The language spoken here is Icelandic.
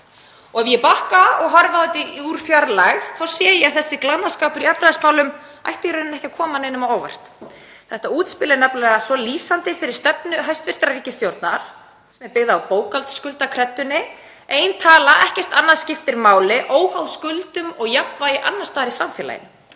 Ef ég bakka og horfi á þetta úr fjarlægð þá sé ég að þessi glannaskapur í efnahagsmálum ætti í rauninni ekki að koma neinum á óvart. Þetta útspil er nefnilega svo lýsandi fyrir stefnu hæstv. ríkisstjórnar, sem er byggð á bókhaldsskuldakreddunni; ein tala, ekkert annað, skiptir máli, óháð skuldum og jafnvægi annars staðar í samfélaginu.